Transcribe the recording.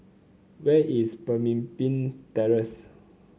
where is Pemimpin Terrace